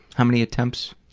how many attempts?